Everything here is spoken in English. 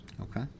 Okay